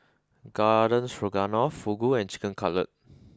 Garden Stroganoff Fugu and Chicken Cutlet